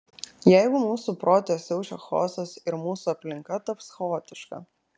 jeigu mūsų prote siaučia chaosas ir mūsų aplinka taps chaotiška